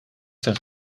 ten